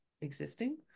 existing